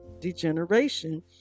degeneration